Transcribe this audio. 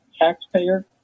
taxpayer